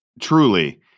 truly